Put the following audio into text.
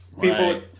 people